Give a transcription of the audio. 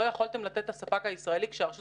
לא יכולתם לתת לספק הישראלי כשהרשות